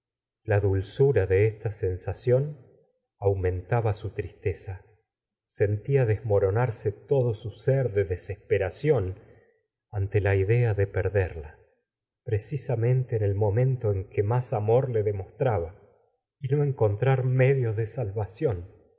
la dulzura de esta sensación aumentaba su tris teza sentía desmoronarse todo su sér de desesperación antq la idea de perderla precisamente en el momento en que más amor le de mostraba y no encontrar medio de salvaci